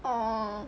orh